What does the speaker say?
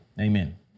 Amen